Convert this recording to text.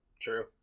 True